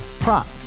Prop